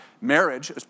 marriage